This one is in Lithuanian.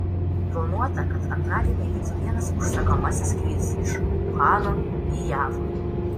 planuota kad antradienį įvyks vienas užsakomasis skrydis iš uhano į jav